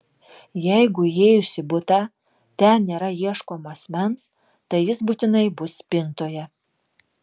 jeigu įėjus į butą ten nėra ieškomo asmens tai jis būtinai bus spintoje